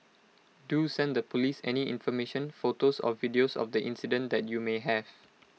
do send the Police any information photos or videos of the incident that you may have